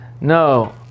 No